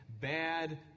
bad